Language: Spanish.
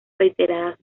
reiteradas